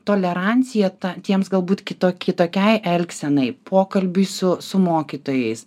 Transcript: tolerancija ta tiems galbūt kito kitokiai elgsenai pokalbiui su su mokytojais